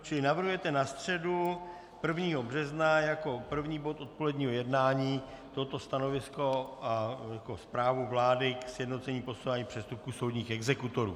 Čili navrhujete na středu 1. března jako první bod odpoledního jednání toto stanovisko jako zprávu vlády ke sjednocení posuzování přestupků soudních exekutorů.